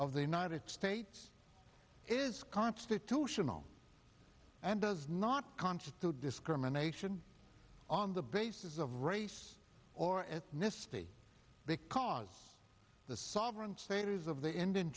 of the united states is constitutional and does not constitute discrimination on the basis of race or ethnicity because the sovereign status of the indian